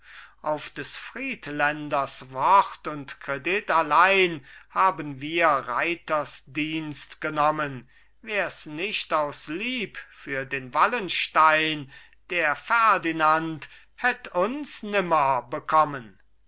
auf des friedländers wort und kredit allein haben wir reitersdienst genommen wärs nicht aus lieb für den wallenstein der ferdinand hätt uns nimmer bekommen